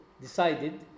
decided